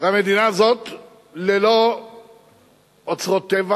המדינה הזאת היא ללא אוצרות טבע